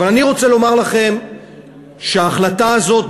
אבל אני רוצה לומר לכם שההחלטה הזו,